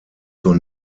zur